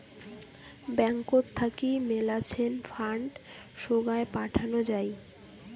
ব্যাঙ্কত থাকি মেলাছেন ফান্ড সোগায় পাঠানো যাই